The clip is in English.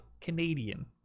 canadian